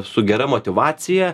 su gera motyvacija